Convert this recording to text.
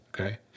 okay